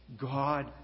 God